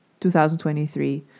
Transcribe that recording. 2023